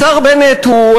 השר בנט הוא,